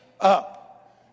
up